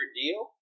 deal